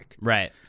Right